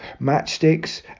matchsticks